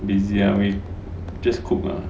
this year ah me just cook ah